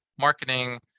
marketing